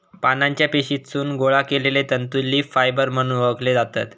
पानांच्या पेशीतसून गोळा केलले तंतू लीफ फायबर म्हणून ओळखले जातत